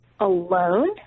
alone